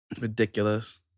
Ridiculous